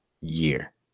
year